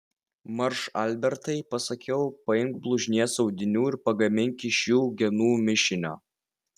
marš albertai pasakiau paimk blužnies audinių ir pagamink iš jų genų mišinio